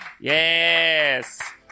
Yes